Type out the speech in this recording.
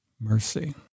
Mercy